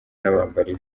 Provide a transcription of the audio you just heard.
n’abambari